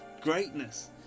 greatness